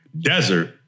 Desert